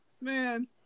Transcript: Man